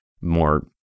more